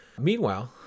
Meanwhile